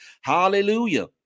Hallelujah